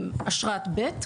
עם אשרת ב'.